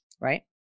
Right